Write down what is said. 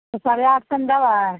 साढ़े आठ सओमे देबै